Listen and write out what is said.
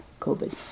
COVID